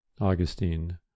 Augustine